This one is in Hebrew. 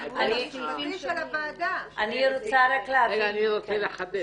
היו --- אני רוצה לחדד,